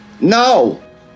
No